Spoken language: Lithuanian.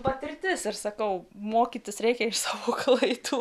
patirtis ir sakau mokytis reikia iš haičio